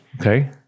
Okay